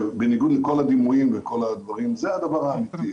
בניגוד לכל הדימויים זה הדבר האמיתי,